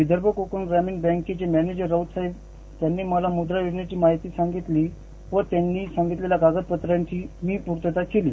विदर्भ कोकण बँकेचे मॅनेजर राऊत साहेब यांनी मला मुद्रा योजनेची माहिती सांगितली आणि त्यांनी सांगितलेल्या कागदपत्रांची मी पूर्तता केली